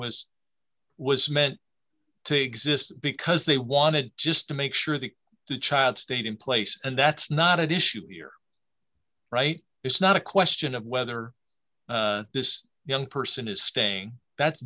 was was meant to exist because they wanted just to make sure that the child stayed in place and that's not an issue you're right it's not a question of whether this young person is staying that's